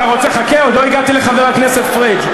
פעם אחת, חכה, עוד לא הגעתי לחבר הכנסת פריג'.